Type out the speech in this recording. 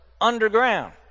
underground